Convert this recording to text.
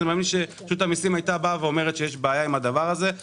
אני מאמין שרשות המיסים היתה אומרת שיש בעיה עם זה אבל